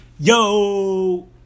Yo